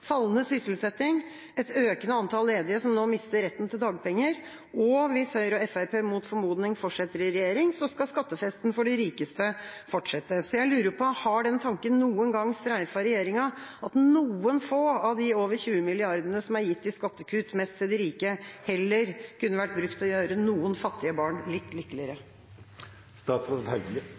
fallende sysselsetting og et økende antall ledige som nå mister retten til dagpenger. Hvis Høyre og Fremskrittspartiet mot formodning fortsetter i regjering, skal skattefesten for de rikeste fortsette. Så jeg lurer på: Har den tanken noen gang streifet regjeringa at noen få av de over 20 mrd. kr som er gitt i skattekutt – mest til de rike – heller kunne vært brukt til å gjøre noen fattige barn litt